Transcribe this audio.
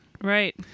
Right